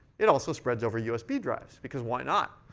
it also spreads over usb drives, because why not?